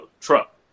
truck